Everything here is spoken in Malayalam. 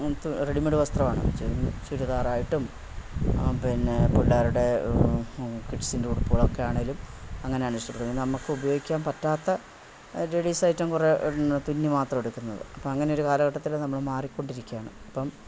റെഡിമേഡ് വസ്ത്രാണ് ചുരിദാറായിട്ടും പിന്നെ പിള്ളാരുടെ കിഡ്സിൻ്റെ ഉട്പ്പ്കളൊക്കാണേലും അങ്ങനെ ആണിഷ്ടപ്പെട്ന്നത് നമ്മക്ക് ഉപയോഗിക്കാൻ പറ്റാത്ത ലേഡീസ് ഐയ്റ്റം കുറെ ഉണ്ട് തുന്നി മാത്രം എടുക്കുന്നത് അപ്പം അങ്ങനൊരു കാലഘട്ടത്തിൽ നമ്മൾ മാറിക്കൊണ്ടിരിക്കാണ് അപ്പം